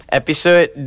episode